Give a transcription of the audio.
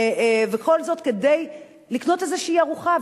וכל זאת כדי לקנות איזו ארוחה.